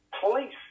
police